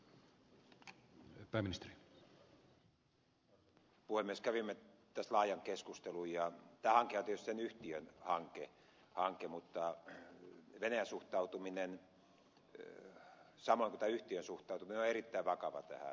kävimme tästä laajan keskustelun ja tämä hanke on tietysti sen yhtiön hanke mutta venäjän suhtautuminen samoin kuin tämän yhtiön suhtautuminen näihin ympäristövaikutuksiin on erittäin vakava